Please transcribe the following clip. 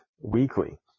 weekly